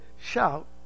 shout